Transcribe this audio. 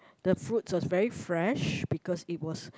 the fruit was very fresh because it was